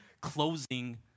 closing